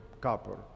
copper